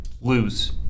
lose